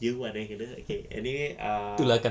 year one eh kena okay anyway ah